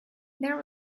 there